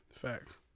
facts